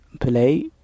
play